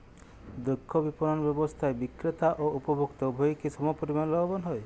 দক্ষ বিপণন ব্যবস্থায় বিক্রেতা ও উপভোক্ত উভয়ই কি সমপরিমাণ লাভবান হয়?